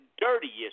dirtiest